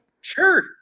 Sure